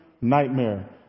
nightmare